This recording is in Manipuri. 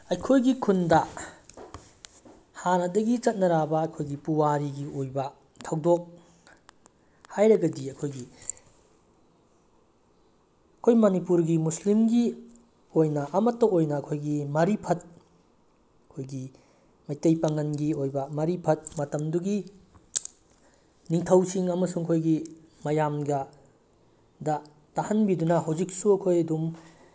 ꯑꯩꯈꯣꯏꯒꯤ ꯈꯨꯟꯗ ꯍꯥꯟꯅꯗꯒꯤ ꯆꯠꯅꯔꯛꯑꯕ ꯑꯩꯈꯣꯏꯒꯤ ꯄꯨꯋꯥꯔꯤꯒꯤ ꯑꯣꯏꯕ ꯊꯧꯗꯣꯛ ꯍꯥꯏꯔꯒꯗꯤ ꯑꯩꯈꯣꯏꯒꯤ ꯑꯩꯈꯣꯏ ꯃꯅꯤꯄꯨꯔꯒꯤ ꯃꯨꯁꯂꯤꯝꯒꯤ ꯑꯣꯏꯅ ꯑꯃꯠꯇ ꯑꯣꯏꯅ ꯑꯩꯈꯣꯏꯒꯤ ꯃꯔꯤꯐꯠ ꯑꯩꯈꯣꯏꯒꯤ ꯃꯩꯇꯩ ꯄꯥꯉꯜꯒꯤ ꯑꯣꯏꯕ ꯃꯔꯤꯐꯠ ꯃꯇꯝꯗꯨꯒꯤ ꯅꯤꯡꯊꯧꯁꯤꯡ ꯑꯃꯁꯨꯡ ꯑꯩꯈꯣꯏꯒꯤ ꯃꯌꯥꯝꯒ ꯗ ꯇꯥꯍꯟꯕꯤꯗꯨꯅ ꯍꯧꯖꯤꯛꯁꯨ ꯑꯩꯈꯣꯏ ꯑꯗꯨꯝ